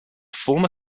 former